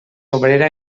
obrera